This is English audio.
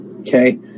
Okay